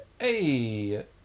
Hey